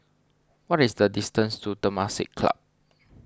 what is the distance to Temasek Club